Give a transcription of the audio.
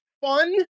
fun